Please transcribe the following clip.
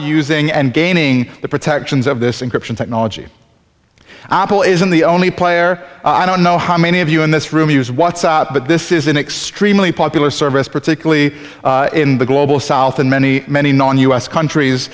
using and gaining the protections of this and corruption technology apple isn't the only player i don't know how many of you in this room use what's out but this is an extremely popular service particularly in the global south and many many non u s countries